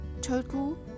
total